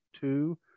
two